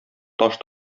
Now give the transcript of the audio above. таш